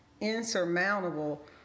insurmountable